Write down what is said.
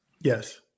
Yes